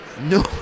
No